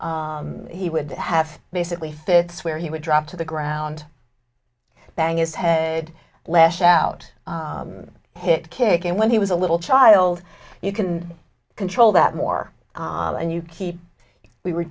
he would have basically fits where he would drop to the ground bang his head lash out hit kick him when he was a little child you can control that more and you keep we were